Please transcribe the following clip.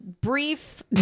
brief